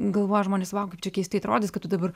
galvoja žmonės vau kaip čia keistai atrodys kad tu dabar